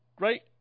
right